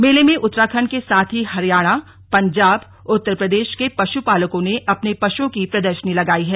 मेले में उत्तराखंड के साथ ही हरियाणा पंजाब उत्तर प्रदेश के पशुपालकों ने अपने पशुओं की प्रदर्शनी लगाई है